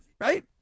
right